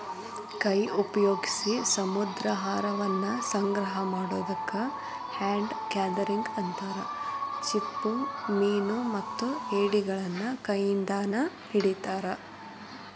ಕೈ ಉಪಯೋಗ್ಸಿ ಸಮುದ್ರಾಹಾರವನ್ನ ಸಂಗ್ರಹ ಮಾಡೋದಕ್ಕ ಹ್ಯಾಂಡ್ ಗ್ಯಾದರಿಂಗ್ ಅಂತಾರ, ಚಿಪ್ಪುಮೇನುಮತ್ತ ಏಡಿಗಳನ್ನ ಕೈಯಿಂದಾನ ಹಿಡಿತಾರ